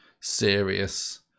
serious